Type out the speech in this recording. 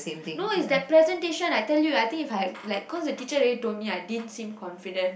no it's that presentation I tell you I think if I had like cause the teacher already told me I didn't seem confident